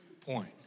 point